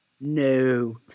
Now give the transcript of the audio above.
No